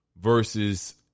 Versus